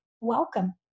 welcome